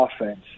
offense